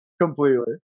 Completely